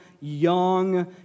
young